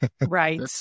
Right